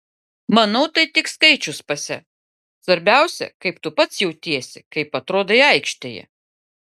manau tai tik skaičius pase svarbiausia kaip tu pats jautiesi kaip atrodai aikštėje